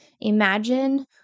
imagine